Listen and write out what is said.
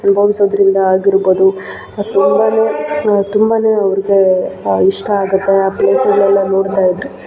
ಅನುಭವಿಸೋದ್ರಿಂದ ಆಗಿರ್ಬೋದು ತುಂಬ ತುಂಬ ಅವರಿಗೆ ಇಷ್ಟ ಆಗುತ್ತೆ ಆ ಪ್ಲೇಸ್ಗಳೆಲ್ಲ ನೋಡ್ತಾ ಇದ್ದರೆ